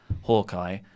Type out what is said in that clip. Hawkeye